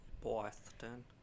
Boston